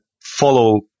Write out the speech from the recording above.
follow